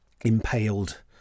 impaled